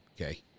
Okay